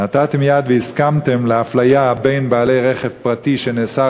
נתתם יד והסכמתם לאפליה כלפי בעלי רכב פרטי שנאסר